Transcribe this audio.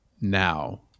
now